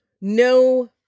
no